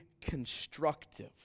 constructive